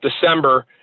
December